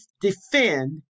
defend